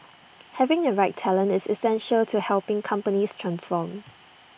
having the right talent is essential to helping companies transform